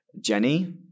Jenny